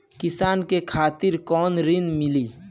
किसान के खातिर कौन ऋण मिली?